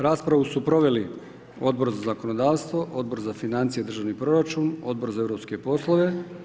Raspravu su proveli Odbor za zakonodavstvo, Odbor za financije i državni proračun, Odbor za europske poslove.